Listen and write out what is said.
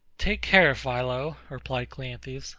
take care, philo, replied cleanthes,